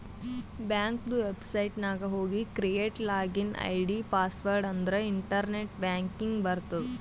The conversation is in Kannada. ಬ್ಯಾಂಕದು ವೆಬ್ಸೈಟ್ ನಾಗ್ ಹೋಗಿ ಕ್ರಿಯೇಟ್ ಲಾಗಿನ್ ಐ.ಡಿ, ಪಾಸ್ವರ್ಡ್ ಅಂದುರ್ ಇಂಟರ್ನೆಟ್ ಬ್ಯಾಂಕಿಂಗ್ ಬರ್ತುದ್